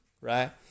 right